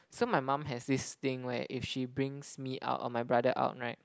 so my mum has this thing where if she brings me out or my brother out right